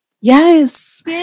Yes